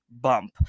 bump